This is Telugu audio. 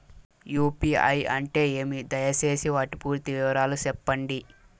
యు.పి.ఐ అంటే ఏమి? దయసేసి వాటి పూర్తి వివరాలు సెప్పండి?